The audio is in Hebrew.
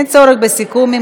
אין צורך בסיכום.